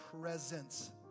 presence